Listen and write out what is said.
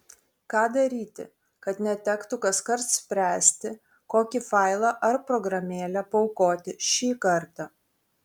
ką daryti kad netektų kaskart spręsti kokį failą ar programėlę paaukoti šį kartą